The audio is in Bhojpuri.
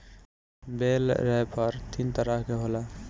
बेल रैपर तीन तरह के होला